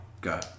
Go